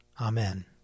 Amen